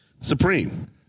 Supreme